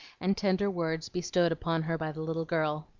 and tender words bestowed upon her by the little girl.